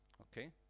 okay